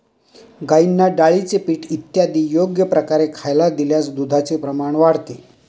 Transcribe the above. गाईंना डाळीचे पीठ इत्यादी योग्य प्रकारे खायला दिल्यास दुधाचे प्रमाण वाढते